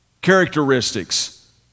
characteristics